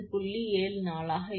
5 kV ஆகும்